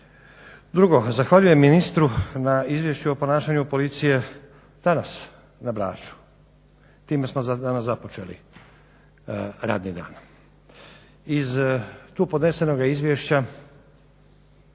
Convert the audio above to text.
Drugo, zahvaljujem ministru na izvješću o ponašanju policije danas na Braču. Time smo danas započeli radni dan. Iz tu podnesenoga izvješća